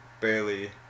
barely